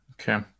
Okay